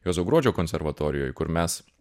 juozo gruodžio konservatorijoj kur mes